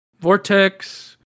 Vortex